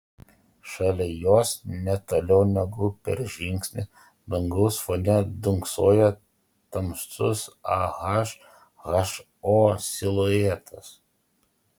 šalia jos ne toliau negu per žingsnį dangaus fone dunksojo tamsus ah ho siluetas